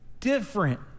Different